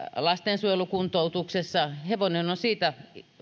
lastensuojelukuntoutuksessa hevonen on siitä